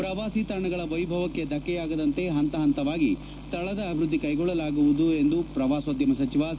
ಪ್ರವಾಸಿ ತಾಣಗಳ ವೈಭವಕ್ಕೆ ಧಕ್ಕೆಯಾಗದಂತೆ ಪಂತ ಪಂತವಾಗಿ ಸ್ಥಳದ ಅಭಿವೃದ್ದಿ ಕೈಗೊಳ್ಳಲಾಗುವುದು ಪ್ರವಾಸೋದ್ಧಮ ಸಚಿವ ಸಿ